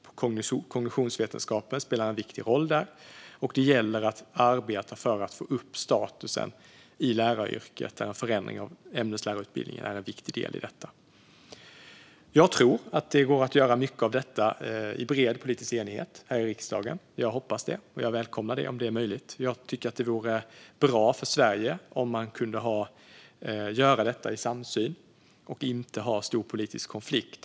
Kognitionsvetenskapen spelar en viktig roll, och det gäller att arbeta för att få upp statusen på läraryrket. En förändring av ämneslärarutbildningen är en viktig del i detta. Jag tror att det går att göra mycket av detta i bred politisk enighet här i riksdagen. Jag hoppas det, och jag välkomnar det om det är möjligt. Jag tycker att det vore bra för Sverige om man kunde göra detta i samsyn och inte ha stor politisk konflikt.